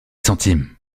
centimes